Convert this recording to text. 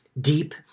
deep